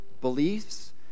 beliefs